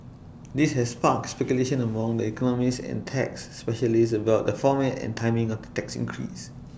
this has sparked speculation among the economists and tax specialists about the format and timing of tax increase